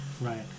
Right